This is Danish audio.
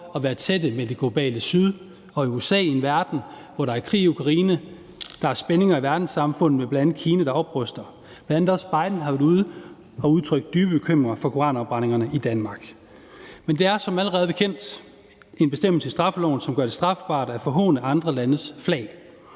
at være tætte med det globale syd og USA i en verden, hvor der er krig i Ukraine, og hvor der er spændinger i verdenssamfundet med bl.a. Kina, der opruster, og bl.a. har også Biden været ude at udtrykke dyb bekymring for koranafbrændingerne i Danmark. Der er som allerede bekendt en bestemmelse i straffeloven, som gør det strafbart at forhåne andre landes flag.